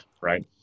right